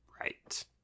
Right